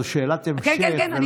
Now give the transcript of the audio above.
זאת שאלת המשך.